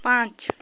पाँच